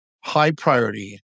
high-priority